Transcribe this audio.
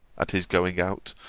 at his going out,